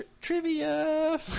Trivia